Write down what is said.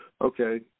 Okay